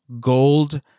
gold